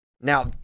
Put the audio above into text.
now